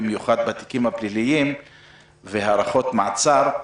במיוחד בתיקים הפליליים והארכות מעצר.